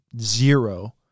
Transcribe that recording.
zero –